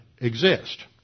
exist